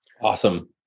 awesome